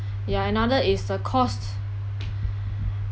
ya another is the cost